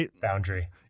boundary